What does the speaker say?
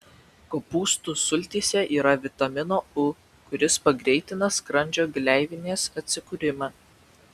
kopūstų sultyse yra vitamino u kuris pagreitina skrandžio gleivinės atsikūrimą